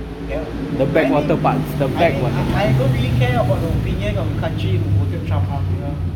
ya I mean I I don't really care about the opinion of the country that voted trump up you know